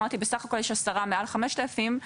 אמרתי יש בסך הכל עשרה מעל חמשת אלפים.